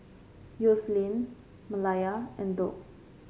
Yoselin Malaya and Doug